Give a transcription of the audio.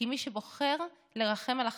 כי מי שבוחר לרחם על אכזרים,